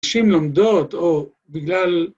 ‫נשים לומדות או בגלל...